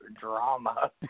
drama